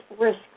risk